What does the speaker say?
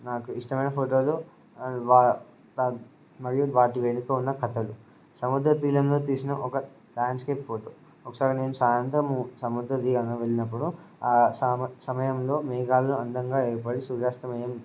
నాకు ఇష్టమైన ఫోటోలు మరియు వాటి వెనుక ఉన్న కథలు సముద్రతీరంలో తీసిన ఒక ల్యాండ్స్కేప్ ఫోటో ఒకసారి నేను సాయంత్రం సముద్రతీరంలో వెళ్ళినప్పుడు ఆ సమయంలో మేఘలు అందంగా ఏర్పడి సూర్యాస్తమయం